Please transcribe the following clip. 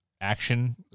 action